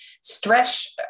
stretch